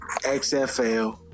XFL